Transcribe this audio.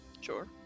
sure